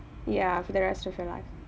ya for the rest of your life